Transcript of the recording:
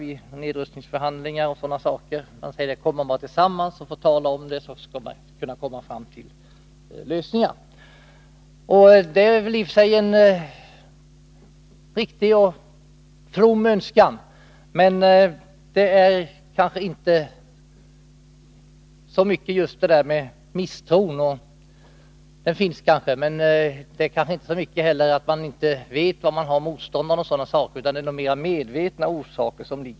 Man säger att kommer man bara tillsammans och får tala om saken, skall man komma fram till lösningar. Det är i och för sig en from och riktig önskan, men det är kanske inte så mycket misstro som ligger bakom — den finns kanske där — och inte heller att man inte vet var man har motståndaren, utan det finns nog mera medvetna orsaker.